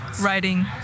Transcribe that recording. writing